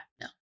No